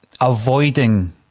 avoiding